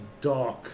dark